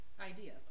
idea